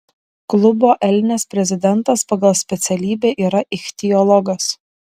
klubo elnias prezidentas pagal specialybę yra ichtiologas